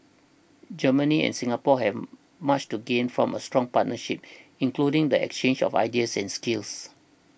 Germany and Singapore have much to gain from a strong partnership including the exchange of ideas and skills